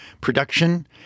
production